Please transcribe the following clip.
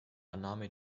annahme